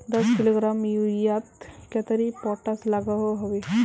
दस किलोग्राम यूरियात कतेरी पोटास लागोहो होबे?